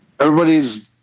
everybody's